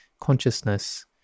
consciousness